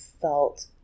felt